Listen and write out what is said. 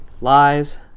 Lies